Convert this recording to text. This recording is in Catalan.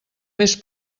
més